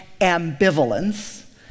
ambivalence